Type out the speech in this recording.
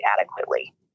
adequately